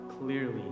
clearly